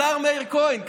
השר מאיר כהן,